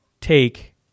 take